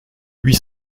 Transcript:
huit